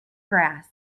grass